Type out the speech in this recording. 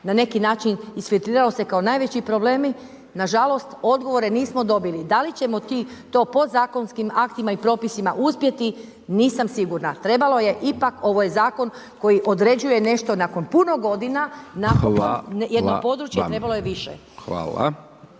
na neki način isfiltriralo se kao najveći problemi, nažalost odgovore nismo dobili. Da li ćemo to podzakonskim aktima i propisima uspjeti, nisam sigurna. Trebalo je ipak, ovo je zakon koji određuje nešto nakon puno godina, jedno područje trebalo je više. **Hajdaš